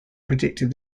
predicted